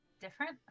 different